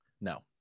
no